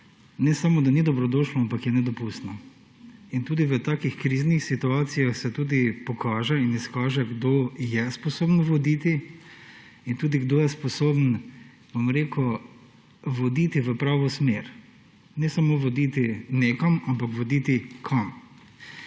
ne samo, da ni dobrodošlo, ampak je nedopustno. V takšnih kriznih situacijah se tudi pokaže in izkaže, kdo je sposoben voditi in tudi kdo je sposoben, bom rekel, voditi v pravo smer. Ne samo voditi nekam, ampak voditi kam.